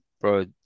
Bro